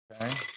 Okay